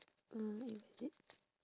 uh where is it